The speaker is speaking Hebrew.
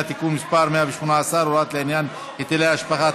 (תיקון מס' 118) (הוראות לעניין היטל השבחה),